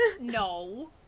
no